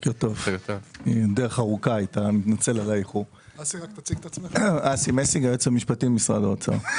אני היועץ המשפטי במשרד האוצר,